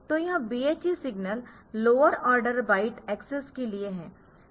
तो यह BHE signal lower order byte access के लिए है